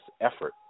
effort